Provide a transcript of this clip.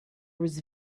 was